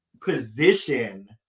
position